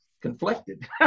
Conflicted